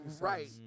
Right